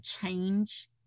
change